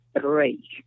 three